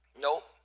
Nope